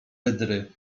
wydry